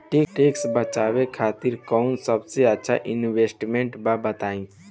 Tax बचावे खातिर कऊन सबसे अच्छा इन्वेस्टमेंट बा बताई?